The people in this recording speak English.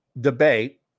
debate